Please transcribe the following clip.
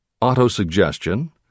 Autosuggestion